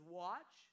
watch